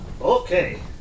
Okay